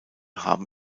haben